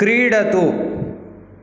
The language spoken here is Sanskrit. क्रीडतु